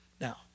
Now